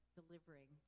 delivering